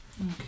Okay